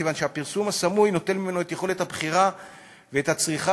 כיוון שהפרסום הסמוי נוטל ממנו את יכולת הבחירה ואת הצריכה